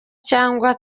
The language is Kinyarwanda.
cyangwa